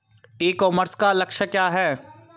ई commerce का लक्ष्य क्या है?